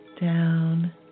down